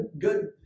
good